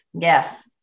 Yes